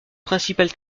principale